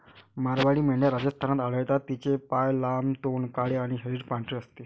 मारवाडी मेंढ्या राजस्थानात आढळतात, तिचे पाय लांब, तोंड काळे आणि शरीर पांढरे असते